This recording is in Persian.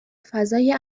فضای